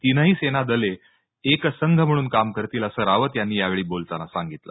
तीनही सेना दले एक संघ म्हणून काम करतील अस रावत यांनी यावेळी बोलताना सांगितलं